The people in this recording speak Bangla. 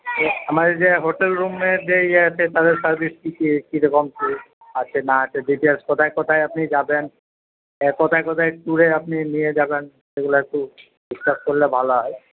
আমাদের যে হোটেল রুমের যে ইয়ে সার্ভিস কি কি কিরকম কি আছে না আছে ডিটেলস কোথায় কোথায় আপনি যাবেন কোথায় কোথায় টুরে আপনি নিয়ে যাবেন সেগুলা একটু ডিসকাস করলে ভালো হয়